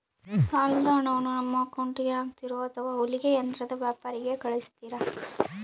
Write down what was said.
ಸಾಲದ ಹಣವನ್ನು ನಮ್ಮ ಅಕೌಂಟಿಗೆ ಹಾಕ್ತಿರೋ ಅಥವಾ ಹೊಲಿಗೆ ಯಂತ್ರದ ವ್ಯಾಪಾರಿಗೆ ಕಳಿಸ್ತಿರಾ?